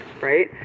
right